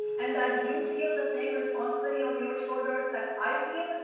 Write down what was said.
and that you feel the same responsibility on your shoulders, that i feel.